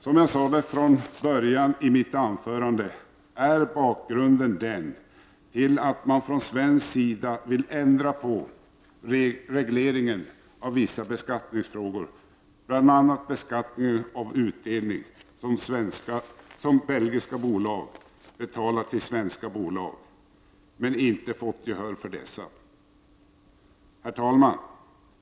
Som jag sade i början av mitt anförande är bakgrunden till förslaget att man från svensk sida vill ändra på regleringen av vissa beskattningsfrågor, bl.a. beskattningen av utdelning som belgiska bolag betalar till svenska bolag, men inte fått gehör för detta. Herr talman!